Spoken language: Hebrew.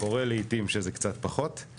קורה לעיתים שזה קצת פחות,